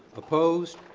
opposed.